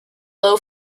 low